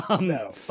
No